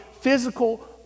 physical